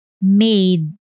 made